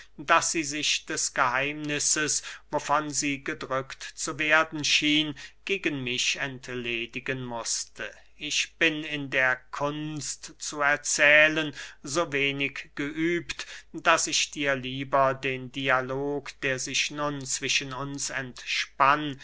daß sie sich des geheimnisses wovon sie gedrückt zu werden schien gegen mich entledigen mußte ich bin in der kunst zu erzählen so wenig geübt daß ich dir lieber den dialog der sich nun zwischen uns entspann